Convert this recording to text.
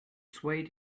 swayed